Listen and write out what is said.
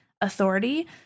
authority